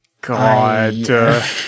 God